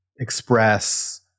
express